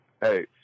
hey